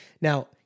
Now